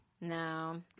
No